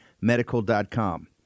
medical.com